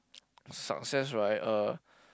success right uh